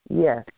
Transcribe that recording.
Yes